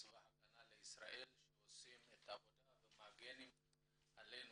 צבא ההגנה לישראל שעושים את העבודה ומגנים עלינו.